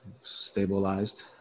stabilized